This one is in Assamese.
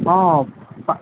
অঁ পায়